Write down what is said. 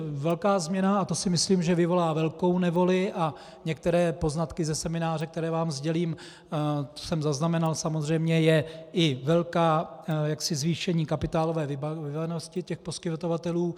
Velká změna, a to si myslím, že vyvolá velkou nevoli, a některé poznatky ze semináře, které vám sdělím, jsem zaznamenal, samozřejmě je i velká zvýšení kapitálové vybavenosti poskytovatelů.